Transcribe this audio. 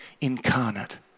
incarnate